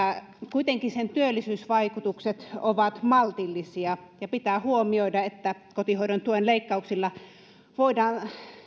kuitenkin siinä työllisyysvaikutukset ovat maltillisia ja pitää huomioida että kotihoidon tuen leikkauksilla voidaan